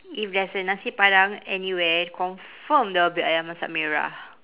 if there's a nasi padang anywhere confirm there will be ayam masak merah